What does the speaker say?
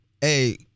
hey